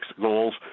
goals